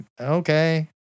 okay